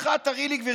תראי לי פעם אחת,